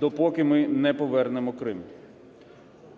допоки ми не повернемо Крим.